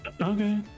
Okay